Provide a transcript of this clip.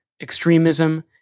extremism